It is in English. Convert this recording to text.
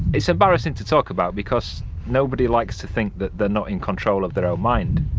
it's embarrassing to talk about because nobody likes to think that they're not in control of their own mind